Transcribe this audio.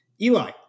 Eli